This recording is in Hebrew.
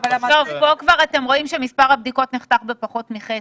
פה אתם כבר רואים שמספר הבדיקות נחתך בפחות מחצי.